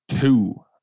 Two